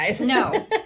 no